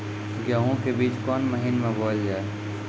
गेहूँ के बीच कोन महीन मे बोएल जाए?